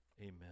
amen